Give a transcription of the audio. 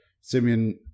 Simeon